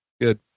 good